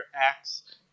acts